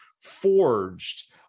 forged